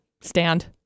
stand